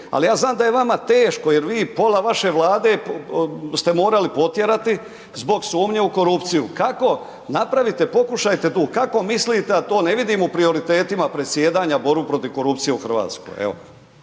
Ali ja znam da je vama teško jer vi, pola vaše Vlade ste morali potjerati zbog sumnje u korupciju. Kako napravite, pokušajte tu, kako mislite da to ne vidimo u prioritetima predsjedanja, borbu protiv korupcije u Hrvatskoj? Evo.